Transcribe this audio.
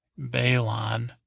Balon